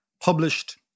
published